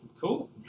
cool